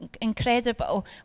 incredible